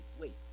wait